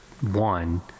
one